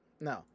no